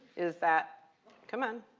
is that come on.